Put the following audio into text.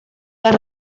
las